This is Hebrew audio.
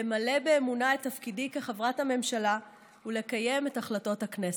למלא באמונה את תפקידי כחברת הממשלה ולקיים את החלטות הכנסת.